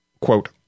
quote